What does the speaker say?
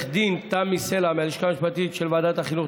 לעו"ד תמי סלע מהלשכה המשפטית של ועדת החינוך,